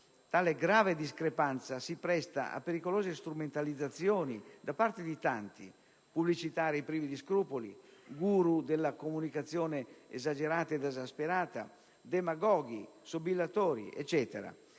Tale grave discrepanza si presta a pericolose strumentalizzazioni da parte di tanti: pubblicitari privi di scrupoli, guru della comunicazione esagerata ed esasperata, demagoghi, sobillatori, eccetera.